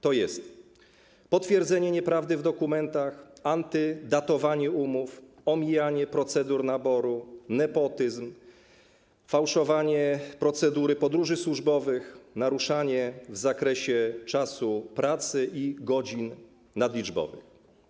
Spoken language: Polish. To jest potwierdzenie nieprawdy w dokumentach, antydatowanie umów, omijanie procedur naboru, nepotyzm, fałszowanie procedury podróży służbowych, naruszanie w zakresie czasu pracy i godzin nadliczbowych.